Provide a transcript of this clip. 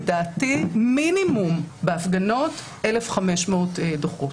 לדעתי מינימום בהפגנות 1,500 דוחות.